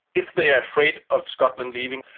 if they are afraid of scotland leaving,